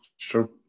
Sure